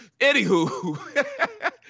Anywho